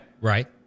right